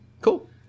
Cool